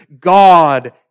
God